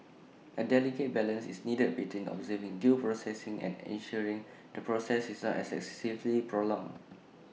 A delicate balance is needed between observing due process and ensuring the process is not excessively prolonged